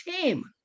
team